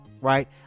right